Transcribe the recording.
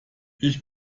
ich